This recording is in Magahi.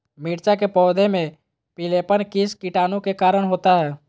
मिर्च के पौधे में पिलेपन किस कीटाणु के कारण होता है?